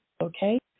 Okay